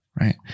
Right